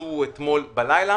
שהופצו אתמול בלילה,